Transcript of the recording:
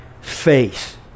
faith